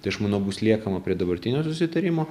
tai aš manau bus liekama prie dabartinio susitarimo